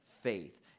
faith